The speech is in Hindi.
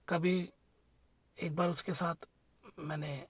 कभी एक बार उसके साथ मैंने